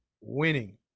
Winning